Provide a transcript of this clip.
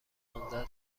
پانزده